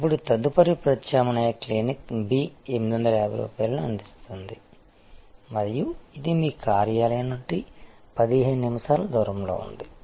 ఇప్పుడు తదుపరి ప్రత్యామ్నాయ క్లినిక్ B 850 రూపాయలను అందిస్తోంది మరియు ఇది మీ కార్యాలయం నుండి 15 నిమిషాల దూరంలో ఉంది